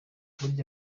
burya